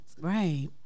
Right